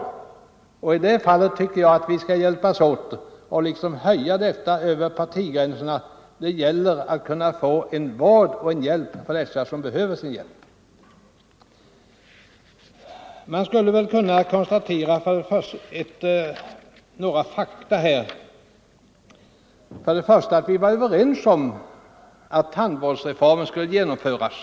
Därför Torsdagen den tycker jag att vi skall hjälpas åt och höja detta över partigränserna. Det 21 november 1974 gäller ju att ge vård och hjälp åt dem som behöver den. dadknten blossat nin Det finns några fakta att konstatera i detta sammanhang. Först och Om upphävande av främst är vi ju överens om att tandvårdsreformen skulle genomföras.